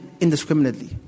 indiscriminately